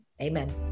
amen